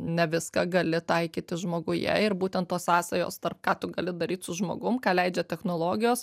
ne viską gali taikyti žmoguje ir būtent tos sąsajos tarp ką tu gali daryt su žmogum ką leidžia technologijos